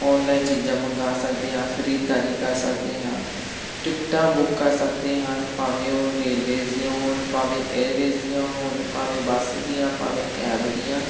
online ਚੀਜ਼ਾਂ ਮੰਗਵਾ ਸਕਦੇ ਹਾਂ ਖਰੀਦਦਾਰੀ ਕਰ ਸਕਦੇ ਹਾਂ ਟਿਕਟਾਂ ਬੁੱਕ ਕਰ ਸਕਦੇ ਹਾਂ ਭਾਵੇਂ ਉਹ ਰੇਲਵੇਜ਼ ਦੀਆਂ ਹੋਣ ਭਾਵੇਂ ਏਅਰਵੇਜ਼ ਦੀਆਂ ਹੋਣ ਭਾਵੇਂ ਬੱਸ ਦੀਆਂ ਭਾਵੇਂ ਕੈਬ ਦੀਆਂ